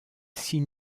six